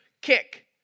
kick